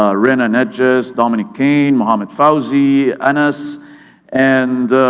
ah rena netjes, dominic kane, mohamed fawzy, anas, and